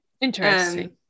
Interesting